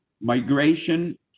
migration